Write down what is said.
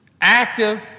active